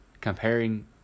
comparing